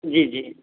जी जी